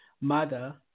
mother